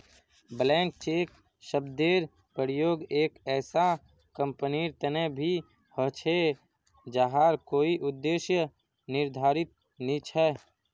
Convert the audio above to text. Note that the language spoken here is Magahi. ब्लैंक चेक शब्देर प्रयोग एक ऐसा कंपनीर तने भी ह छे जहार कोई उद्देश्य निर्धारित नी छ